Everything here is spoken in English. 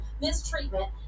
mistreatment